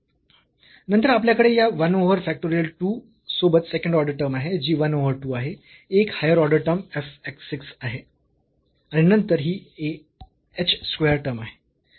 नंतर आपल्याकडे या 1 ओव्हर फॅक्टोरियल 2 सोबत सेकंड ऑर्डर टर्म आहे जी 1 ओव्हर 2 आहे एक higher order term f x 6 आहे आणि नंतर ही a h स्क्वेअर टर्म आहे